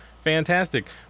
fantastic